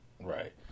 Right